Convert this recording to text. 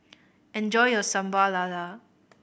enjoy your Sambal Lala